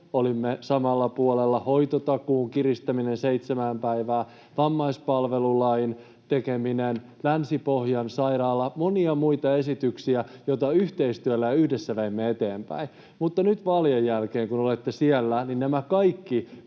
olimme samalla puolella —, hoitotakuun kiristäminen seitsemään päivään, vammaispalvelulain tekeminen, Länsi-Pohjan sairaala ja monia muita esityksiä, joita yhteistyöllä ja yhdessä veimme eteenpäin. Mutta nyt vaalien jälkeen, kun olette siellä, nämä kaikki